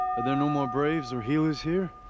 are there no more braves, or healers here?